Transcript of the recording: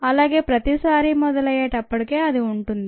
అలాగే ప్రతి సారి మొదలైయ్యే టప్పటికే అది ఉంటుంది